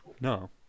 no